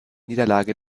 niederlage